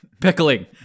pickling